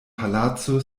palaco